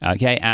Okay